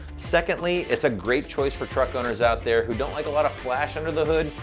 secondly, it's a great choice for truck owners out there who don't like a lot of flash under the hood,